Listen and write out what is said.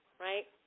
right